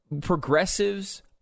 progressives